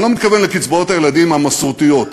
אני לא מתכוון לקצבאות הילדים המסורתיות,